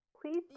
Please